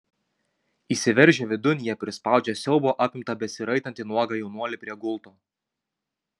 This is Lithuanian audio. įsiveržę vidun jie prispaudžia siaubo apimtą besiraitantį nuogą jaunuolį prie gulto